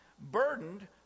burdened